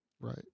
Right